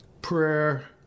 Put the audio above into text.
prayer